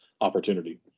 opportunity